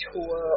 Tour